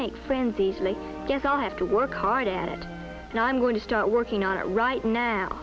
make friends easily guess i'll have to work hard at it and i'm going to start working on it right now